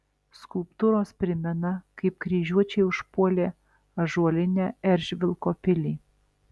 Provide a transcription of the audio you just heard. skulptūros primena kaip kryžiuočiai užpuolė ąžuolinę eržvilko pilį